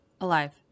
Alive